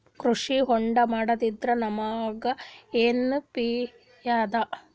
ಕೃಷಿ ಹೋಂಡಾ ಮಾಡೋದ್ರಿಂದ ನಮಗ ಏನ್ ಫಾಯಿದಾ?